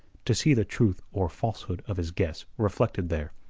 to see the truth or falsehood of his guess reflected there.